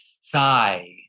sigh